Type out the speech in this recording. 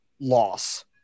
loss